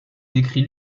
décrit